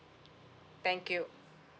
thank you